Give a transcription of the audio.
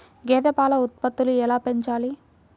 గేదె పాల ఉత్పత్తులు ఎలా పెంచాలి?